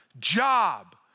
job